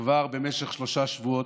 וכבר במשך שלושה שבועות,